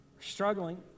struggling